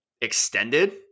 extended